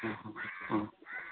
आं आं